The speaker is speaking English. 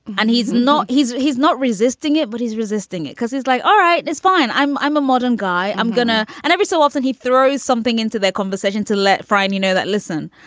and he's not he's he's not resisting it, but he's resisting it because he's like, all right, it's fine. i'm i'm a modern guy i'm going to and every so often he throws something into that conversation to let freind. you know that. listen,